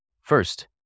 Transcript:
First